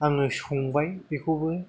आङो संबाय बेखौबो